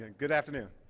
and good afternoon.